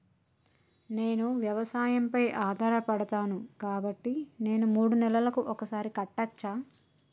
నేను వ్యవసాయం పై ఆధారపడతాను కాబట్టి నేను మూడు నెలలకు ఒక్కసారి కట్టచ్చా?